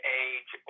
age